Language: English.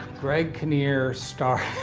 greg kinnear stars